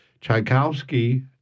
Tchaikovsky